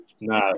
No